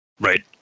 Right